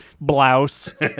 blouse